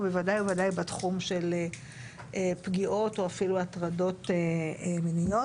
וודאי וודאי בתחום של פגיעות ואפילו הטרדות מיניות.